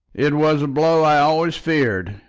it was a blow i always feared,